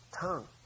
tongue